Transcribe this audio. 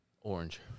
Orange